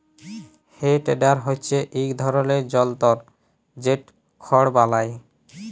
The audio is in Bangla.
হে টেডার হচ্যে ইক ধরলের জলতর যেট খড় বলায়